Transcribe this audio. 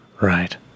Right